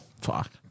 Fuck